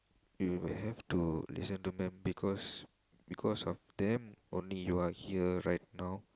you have to listen to them because because of them only you are here right now